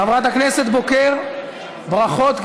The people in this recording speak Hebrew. חברת הכנסת בוקר, ברכות,